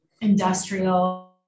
industrial